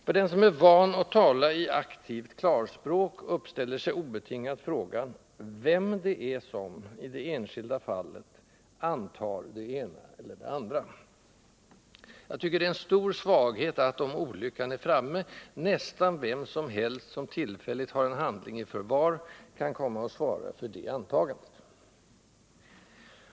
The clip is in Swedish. För den som är van att tala i aktivt klarspråk uppställer sig obetingat frågan vem det är som —-i det enskilda fallet — antar det ena eller det andra. Jag tycker det är en stor svaghet att — om olyckan är framme — nästan vem som helst, som tillfälligt har en handling i förvar, kan komma att svara för ”antagandet”.